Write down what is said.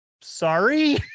sorry